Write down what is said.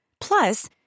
Plus